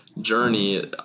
journey